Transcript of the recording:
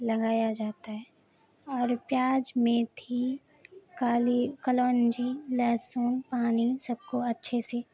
لگایا جاتا ہے اور پیاج میتھی کالی کلونجی لہسن پانی سب کو اچھے سے